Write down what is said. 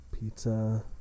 Pizza